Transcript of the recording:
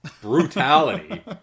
brutality